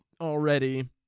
already